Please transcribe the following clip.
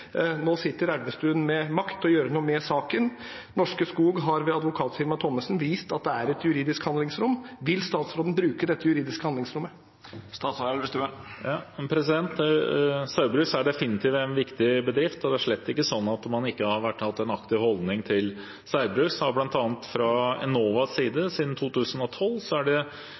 Nå sitter Elvestuen med makt til å gjøre noe med saken. Norske Skog har ved advokatfirmaet Thommessen vist at det er et juridisk handlingsrom. Vil statsråden bruke dette juridiske handlingsrommet? Saugbrugs er definitivt en viktig bedrift, og det er slett ikke sånn at man ikke har hatt en aktiv holdning til Saugbrugs. Blant annet fra Enovas side er det siden 2012 gitt tilsagn til om lag 114 mill. kr til Saugbrugs. Det